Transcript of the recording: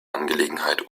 angelegenheit